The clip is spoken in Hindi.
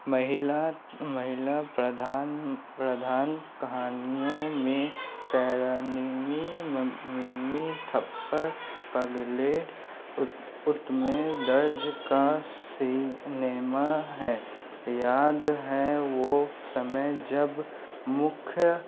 महिला महिला प्रधान प्रधान कहानियों में शेरनीमी ममिमी थप्पड़ पगलेट उत्तमें दर्ज का सिनेमा है याद है वो समय जब मुख्य